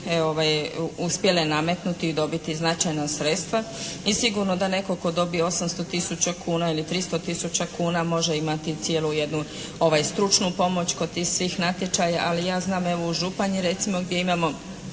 uspjele nametnuti i dobiti značajna sredstva i sigurno da netko tko dobije 800 tisuća kuna ili 300 tisuća kuna može imati cijelu jednu stručnu pomoć kod tih svih natječaja, ali ja znam evo u Županji recimo